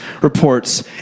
reports